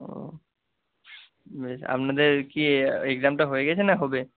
ও বেশ আপনাদের কি এক্সামটা হয়ে গেছে না হবে